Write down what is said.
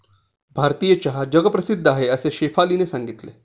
भारतीय चहा जगप्रसिद्ध आहे असे शेफालीने सांगितले